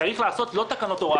צריך לעשות לא תקנות הוראת שעה.